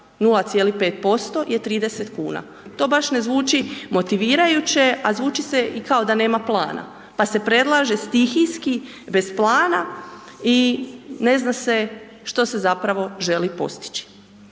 0,5% je 30 kuna. To baš ne zvuči motivirajuće a zvuči se i kao da nema plana pa se predlaže stihijski bez plana i ne zna se što se zapravo želi postići.